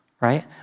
right